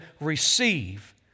receive